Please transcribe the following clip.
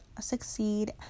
succeed